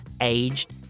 aged